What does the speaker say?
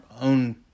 own